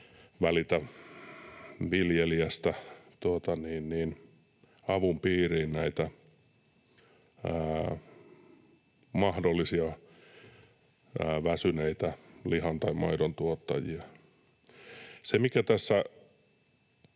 Välitä viljelijästä ‑avun piiriin näitä väsyneitä lihan- tai maidontuottajia. Se, mikä tässä